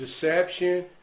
Deception